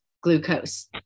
glucose